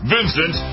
Vincent